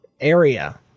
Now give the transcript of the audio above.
area